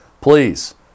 please